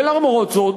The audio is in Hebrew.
ולמרות זאת,